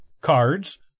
cards